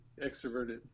extroverted